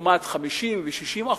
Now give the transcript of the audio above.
לעומת 50% ו-60%,